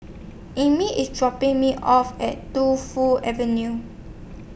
Emmit IS dropping Me off At Tu Fu Avenue